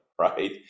right